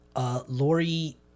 Lori